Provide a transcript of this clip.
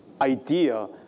idea